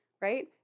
right